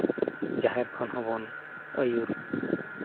ᱡᱟᱦᱮᱨ ᱠᱷᱚᱱ ᱦᱚᱸᱵᱚᱱ ᱟᱹᱭᱩᱨ